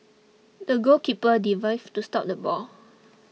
the goalkeeper dived to stop the ball